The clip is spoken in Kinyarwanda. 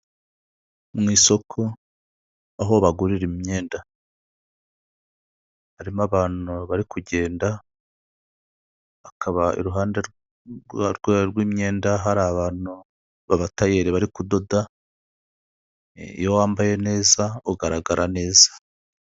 Mu isoko, aho bagurira imyenda, harimo abantu bari kugenda, hakaba iruhande rw'imyenda, hari abantu b'abatayeri bari kudoda, iyo wambaye neza ugaragara neza.